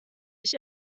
ich